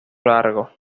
largo